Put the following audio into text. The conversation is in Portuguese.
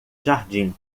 jardim